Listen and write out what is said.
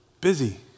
busy